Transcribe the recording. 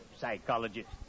Psychologist